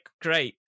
great